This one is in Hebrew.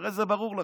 הרי זה ברור לכם.